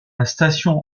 station